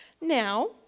Now